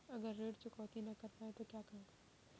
अगर ऋण चुकौती न कर पाए तो क्या होगा?